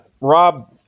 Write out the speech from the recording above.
Rob